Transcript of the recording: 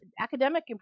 academic